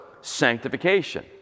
sanctification